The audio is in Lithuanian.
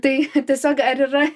tai tiesiog ar yra